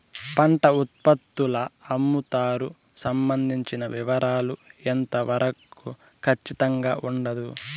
పంట ఉత్పత్తుల అమ్ముతారు సంబంధించిన వివరాలు ఎంత వరకు ఖచ్చితంగా ఉండదు?